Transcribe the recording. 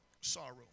sorrow